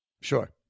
Sure